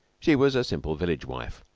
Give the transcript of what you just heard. she was a simple village wife,